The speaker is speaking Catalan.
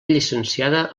llicenciada